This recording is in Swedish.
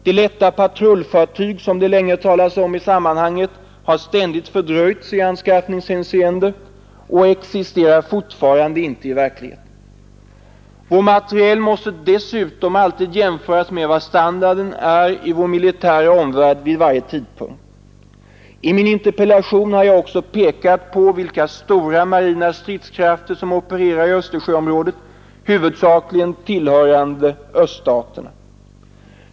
De lätta patrullfartyg som det länge har talats om i sammanhanget har ständigt fördröjts i anskaffningshänseende och existe Nr 37 rar fortfarande inte i verkligheten. Vår materiel måste dessutom alltid Torsdagen den jämföras med vad standarden är i vår militära omvärld vid varje tidpunkt. 9 mars 1972 I min interpellation har jag också pekat på vilka stora marina stridskrafter som opererar i Östersjöområdet, huvudsakligen tillhörande öststaterna.